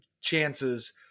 chances